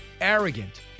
arrogant